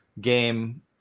game